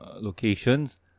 locations